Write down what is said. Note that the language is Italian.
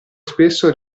spesso